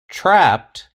trapped